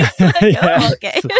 Okay